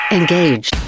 engage